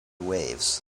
waves